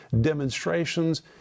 demonstrations